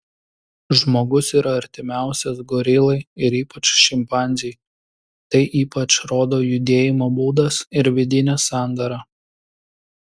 žmogus yra artimiausias gorilai ir ypač šimpanzei tai ypač rodo judėjimo būdas ir vidinė sandara